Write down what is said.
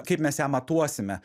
kaip mes ją matuosime